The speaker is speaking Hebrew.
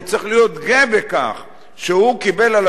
הוא צריך להיות גאה בכך שהוא קיבל על